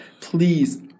please